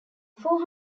four